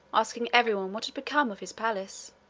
asking everyone what had become of his palace,